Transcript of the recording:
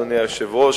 אדוני היושב-ראש,